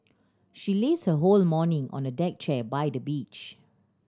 she lazed her whole the morning away on a deck chair by the beach